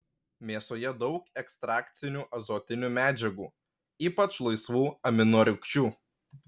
mėsoje daug ekstrakcinių azotinių medžiagų ypač laisvų aminorūgščių